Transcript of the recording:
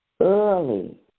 early